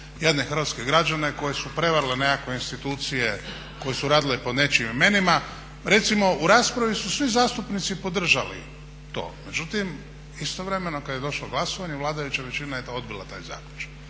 jadne hrvatske građane koje su prevarile nekakve institucije koje su radile pod nečijim imenima. Recimo u raspravi su svi zastupnici podržali to, međutim istovremeno kad je došlo glasovanje vladajuća većina je odbila taj zaključak.